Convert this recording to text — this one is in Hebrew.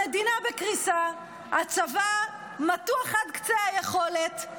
המדינה בקריסה, הצבא מתוח עד קצת היכולת.